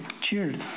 cheered